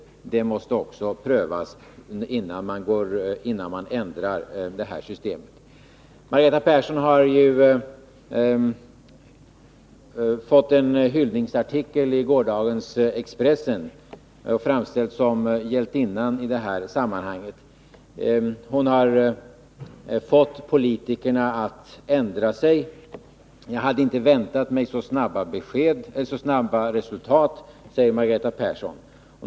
Även det måste prövas, innan man ändrar detta system. Margareta Persson har beståtts en hyllningsartikel i gårdagens Expressen. Hon framställs där såsom hjältinnan i detta sammanhang. Hon har fått politikerna att ändra sig. Jag hade inte väntat mig ett så snabbt resultat, säger Margareta Persson.